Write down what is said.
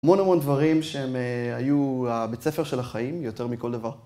‫המון המון דברים שהם היו ‫הבית ספר של החיים יותר מכל דבר